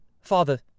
Father